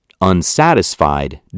unsatisfied